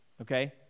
Okay